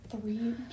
three